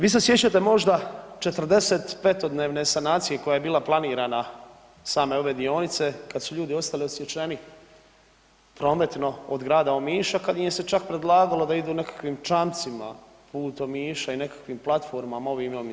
Vi se sjećate možda 45-dnevne sanacije koja je bila planirana same ove dionice kad su ljudi ostali odsječeni prometno od grada Omiša kad im je se sad predlagalo da idu nekakvim čamcima put Omiša i nekakvim platformama ovim